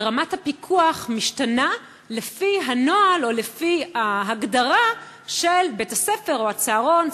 ורמת הפיקוח משתנה לפי הנוהל או לפי ההגדרה של בית-הספר או הצהרון,